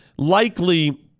Likely